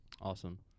Awesome